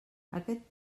aquest